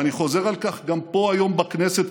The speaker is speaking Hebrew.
ואני חוזר על כך גם פה היום בכנסת,